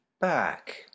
back